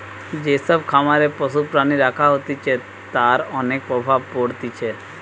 যে সব খামারে পশু প্রাণী রাখা হতিছে তার অনেক প্রভাব পড়তিছে